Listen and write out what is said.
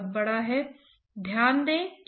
तो अगर हम इन सभी को जानते हैं तो आपका काम हो गया